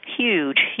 huge